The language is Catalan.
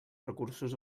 recursos